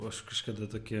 aš kažkada tokį